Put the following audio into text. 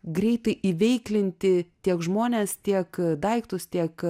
greitai įveiklinti tiek žmones tiek daiktus tiek